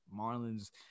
Marlins